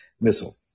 Missile